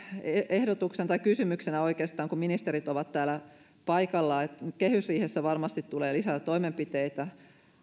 ehdotuksena tai kysymyksenä oikeastaan kun ministerit ovat täällä paikalla kehysriihessä varmasti tulee lisää toimenpiteitä